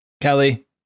Kelly